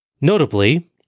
Notably